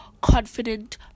confident